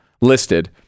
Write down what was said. listed